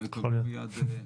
הם יקבלו מייד.